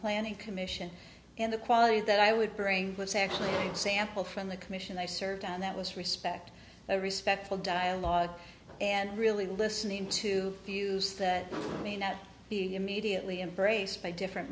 planning commission and the quality that i would bring was actually example from the commission i served on that was respect a respectful dialogue and really listening to views that may not be immediately embraced by different